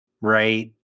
right